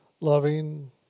Loving